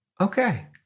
Okay